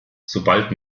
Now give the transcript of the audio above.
sobald